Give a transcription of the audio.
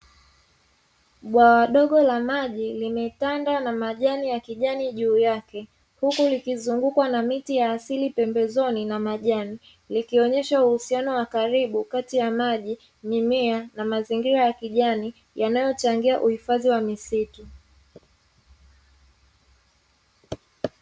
Bwawa dogo la maji limetanda na majani ya kijani juu yake huku, likizungukwa na miti ya asili pembezoni na majani, likionyesha uhusiano wa karibu kati ya maji, mimea na mazingira ya kijani yanayochangia uhifadhi wa misitu.